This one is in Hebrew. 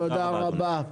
תודה רבה.